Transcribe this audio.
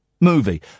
movie